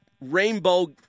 rainbow